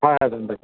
হয় হয় গম পাইছো